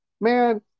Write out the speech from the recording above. man